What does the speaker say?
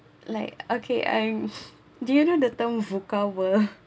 like okay I‘m do you know the term VUCA world